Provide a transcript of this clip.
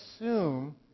assume